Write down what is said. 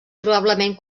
probablement